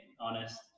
honest